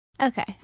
Okay